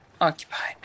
occupied